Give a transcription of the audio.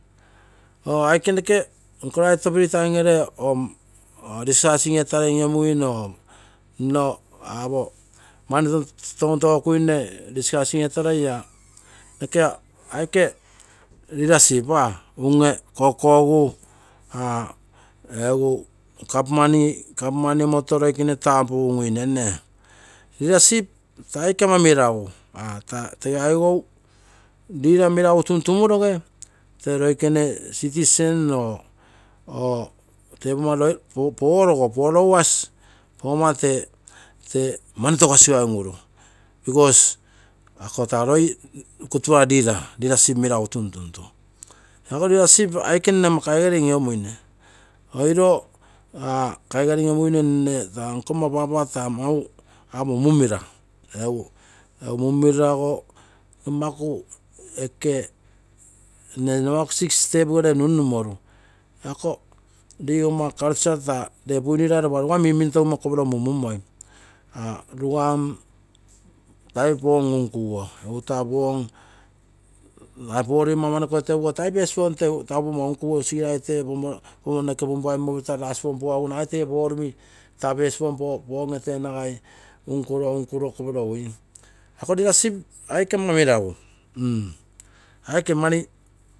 Oo aike noke nkoraito free time gere discussing etarei or mani tonto kokuine ia aike leadership, government ee omoto roikene tapunguine leadership taa aike ama meragu tege aigou leader meragu tuntumoroge tee noike citizen or followers tee mani tokosigai un-ure because ako taa roi gutia leader, leadership merag tuntuntu, leadership aike nne ama kaigarei in iomuine, oiio nne roi nkago papa mumira, egu mumirago nne numaku six step gere nunnumoru ree buinirai rigomma culture taa ropa rugan minmintogimo kopiro munmunmoi, rugam tai poom unkuguo porumi amamanoko teumoru tai first born toi unkui egusirigarai tee porumi punpuai pummo omitongu tai last born ee toi nagai unkuro unkuro kopiro ui, ako leadership aike ama meragu aike mani